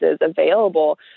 available